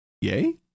yay